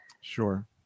sure